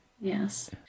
Yes